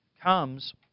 comes